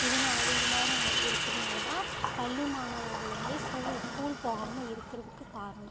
இதனால்தான் இது மாதிரி இருக்கிறனாலதான் பள்ளி மாணவர்கள் வந்து ஸ்கூ ஸ்கூல் போகாமல் இருக்கிறதுக்கு காரணம்